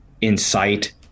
incite